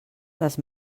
les